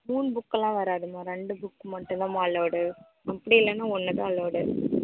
மூணு புக்கலாம் வராதுமா ரெண்டு புக்கு மட்டுந்தாம்மா அலவுடு அப்படி இல்லைனா ஒன்றுதான் அலவுடு